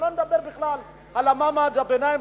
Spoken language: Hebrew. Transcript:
שלא לדבר בכלל על מעמד הביניים,